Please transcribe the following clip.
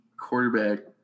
quarterback